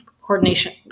Coordination